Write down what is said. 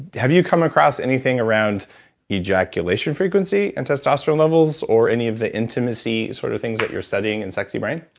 have you come across anything around ejaculation frequency and testosterone levels or any of the intimacy sort of things that you're studying in sexy brain?